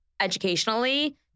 educationally